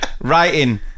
Writing